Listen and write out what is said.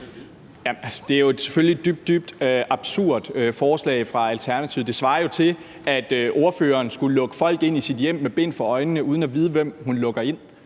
Det er selvfølgelig et dybt, dybt absurd forslag fra Alternativet. Det svarer jo til, at ordføreren skulle lukke folk ind i sit hjem med bind for øjnene og uden at vide, hvem hun lukker ind.